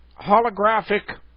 holographic